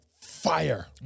fire